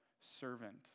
servant